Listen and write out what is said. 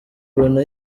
ubona